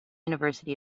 university